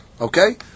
Okay